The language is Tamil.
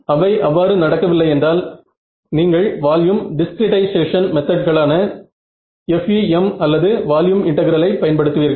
அவை அவ்வாறு நடக்க வில்லை என்றால் நீங்கள் வால்யூம் டிஸ்கிரீட்டைசேஷன் மெத்தட்களான FEM அல்லது வால்யூம் இன்டெகிரலை பயன்படுத்துவீர்கள்